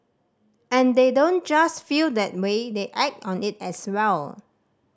and they don't just feel that way they act on it as well